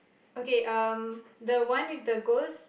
okay um the one with the ghost